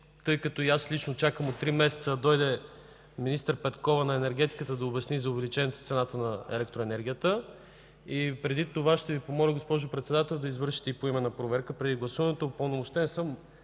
тъй като и аз лично чакам от три месеца да дойде министър Петкова, на енергетиката, да обясни за увеличението цената на електроенергията. Преди това ще Ви помоля, госпожо Председател, да извършите и поименна проверка, преди гласуването.